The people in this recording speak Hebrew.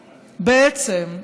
בעצם,